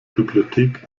bibliothek